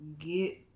Get